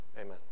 amen